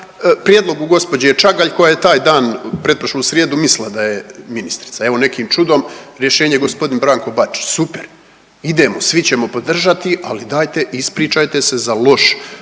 prijedlogu gospođe Čagalj koja je taj dan, pretprošlu srijedu mislila da je ministrica. Evo nekim čudom rješenje je g. Branko Bačić, super, idemo, svi ćemo podržati, ali dajte ispričajte se za loš